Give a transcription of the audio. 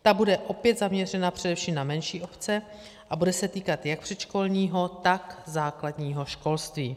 Ta bude opět zaměřena především na menší obce a bude se týkat jak předškolního, tak základního školství.